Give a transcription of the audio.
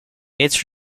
its